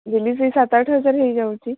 daily ସେଇ ସାତ ଆଠ ହଜାର ହୋଇଯାଉଛି